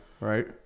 Right